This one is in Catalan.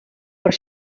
però